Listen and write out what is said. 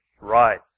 right